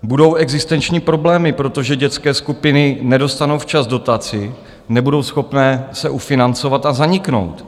Budou existenční problémy, protože dětské skupiny nedostanou včas dotaci, nebudou schopné se ufinancovat a zaniknou.